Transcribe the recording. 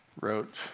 wrote